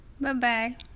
Bye-bye